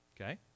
Okay